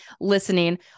listening